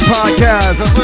Podcast